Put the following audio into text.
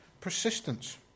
persistence